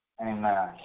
Amen